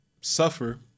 suffer